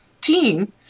team